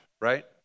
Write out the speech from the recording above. right